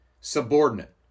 subordinate